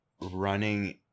running